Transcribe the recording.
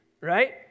right